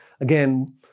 Again